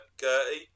Gertie